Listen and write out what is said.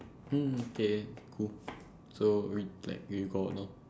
hmm okay cool so we like we got you know